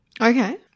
Okay